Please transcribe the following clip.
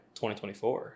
2024